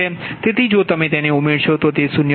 તેથી જો તમે તેને ઉમેરશો તો તે 0